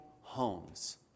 homes